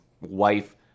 wife